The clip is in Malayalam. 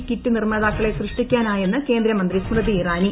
ഇ കിറ്റ് നിർമാർതാക്ക്ളെ സൃഷ്ടിക്കാനായെന്ന് കേന്ദ്രമന്ത്രി സ്മൃതി ഇറാണി